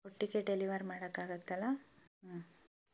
ಒಟ್ಟಿಗೆ ಡೆಲಿವರ್ ಮಾಡೋಕ್ಕಾಗತ್ತಲ್ಲ